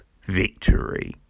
victory